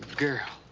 ah girl,